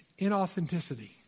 inauthenticity